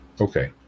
Okay